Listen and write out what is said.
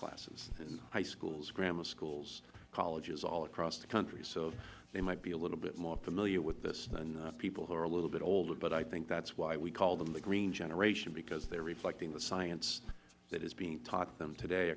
classes in high schools grammar schools colleges all across the country so they might be a little bit more familiar with this than people who are a little bit older but i think that is why we call them the green generation because they are reflecting the science that is being taught them today